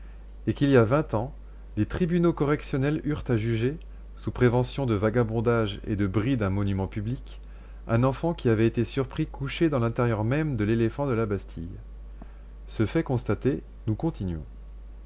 et qu'il y a vingt ans les tribunaux correctionnels eurent à juger sous prévention de vagabondage et de bris d'un monument public un enfant qui avait été surpris couché dans l'intérieur même de l'éléphant de la bastille ce fait constaté nous continuons